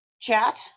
chat